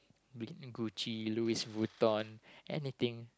Gucci Louis-Vuitton anything